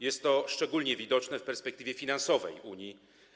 Jest to szczególnie widoczne w perspektywie finansowej Unii.